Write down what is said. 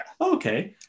okay